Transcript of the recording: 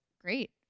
great